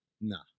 Nah